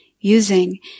using